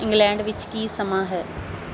England ਵਿੱਚ ਕੀ ਸਮਾਂ ਹੈ